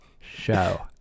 show